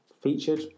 featured